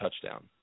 touchdown